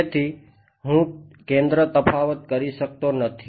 તેથી હું કેન્દ્ર તફાવત કરી શકતો નથી